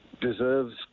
deserves